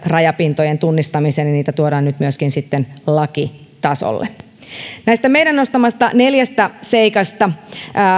rajapintojen tunnistamiseen ja niitä tuodaan nyt myöskin sitten lakitasolle näistä meidän nostamistamme neljästä seikasta